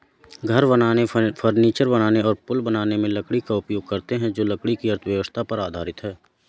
घर बनाने, फर्नीचर बनाने और पुल बनाने में लकड़ी का उपयोग करते हैं जो लकड़ी की अर्थव्यवस्था पर आधारित है